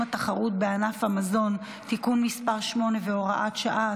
התחרות בענף המזון (תיקון מס' 8 והוראת שעה),